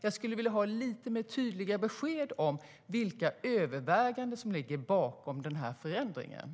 Jag vill ha lite mer tydliga besked om vilka överväganden som ligger bakom förändringen.